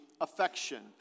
affection